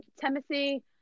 Timothy